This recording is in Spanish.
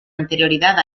anterioridad